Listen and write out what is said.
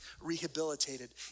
rehabilitated